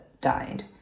died